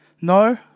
No